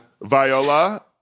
Viola